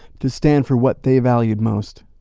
to stand for what they valued most.